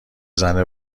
زنه